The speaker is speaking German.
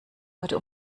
heute